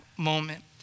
moment